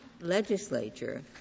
legislature